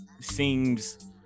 seems